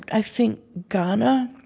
i think, ghana,